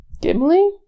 Gimli